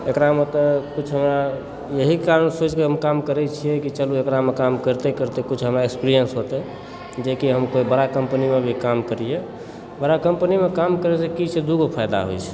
एकरा मे तऽ कुछ हमरा यही कारण सोचिके हम काम करय छियै कि चलु एकरामे काम करते करते कुछ हमरा एक्सपेरिएन्स होतय जेकि हम कोइ बड़ा कम्पनीमे भी काम करियै बड़ा कम्पनीमे काम करय से की छै दूगो फायदा होइत छै